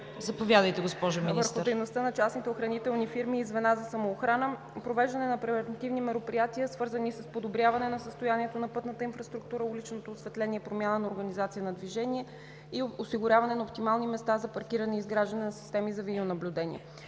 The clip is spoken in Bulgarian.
заповядайте, госпожо Министър.